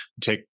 take